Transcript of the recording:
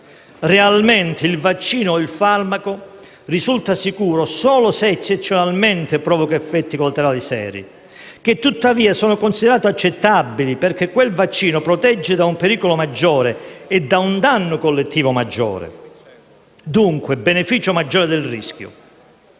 Realmente, il vaccino o il farmaco risulta sicuro solo se eccezionalmente provoca effetti collaterali seri, che tuttavia sono considerati accettabili perché quel vaccino protegge da un pericolo maggiore e da un danno collettivo maggiore. Dunque, beneficio maggiore del rischio.